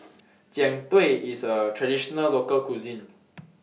Jian Dui IS A Traditional Local Cuisine